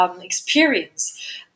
experience